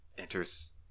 enters